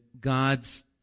God's